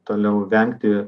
toliau vengti